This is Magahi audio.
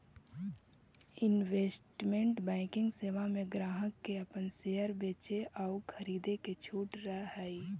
इन्वेस्टमेंट बैंकिंग सेवा में ग्राहक के अपन शेयर बेचे आउ खरीदे के छूट रहऽ हइ